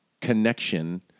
connection